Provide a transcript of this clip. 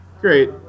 great